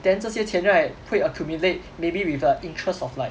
then 这些钱 right 会 accumulate maybe with a interest of like